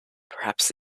perhaps